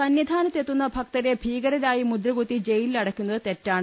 സന്നിധാനത്ത് എത്തുന്ന ഭക്തരെ ഭീകരരായി മുദ്രകുത്തി ജയി ലിലടക്കുന്നത് തെറ്റാണ്